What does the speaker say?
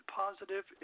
positive